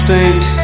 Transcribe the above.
Saint